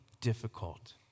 difficult